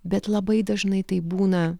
bet labai dažnai tai būna